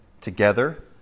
Together